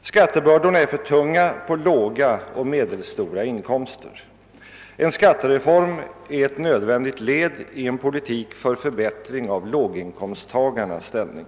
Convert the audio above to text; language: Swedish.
Skattebördorna är för tunga på låga och medelstora inkomster. En skattereform är ett nödvändigt led i en politik för förbättring av låginkomsttagarnas ställning.